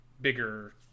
bigger